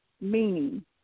meaning